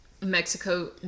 Mexico